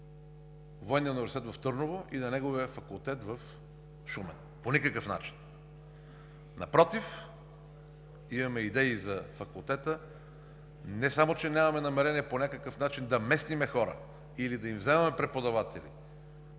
в Търново и на неговия факултет в Шумен. По никакъв начин! Напротив, имаме идеи за Факултета. Не само че нямаме намерение по някакъв начин да местим хора или да им вземаме преподаватели,